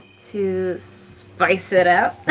to spice it up.